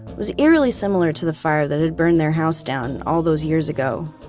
was eerily similar to the fire that had burned their house down all those years ago.